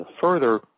further